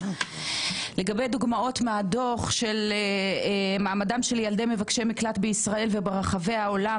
לגבי דוגמאות מהדוח של מעמדם של ילדי מבקשי מקלט בישראל וברחבי העולם,